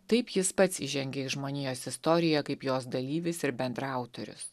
taip jis pats įžengė į žmonijos istoriją kaip jos dalyvis ir bendraautorius